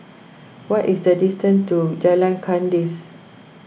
what is the distance to Jalan Kandis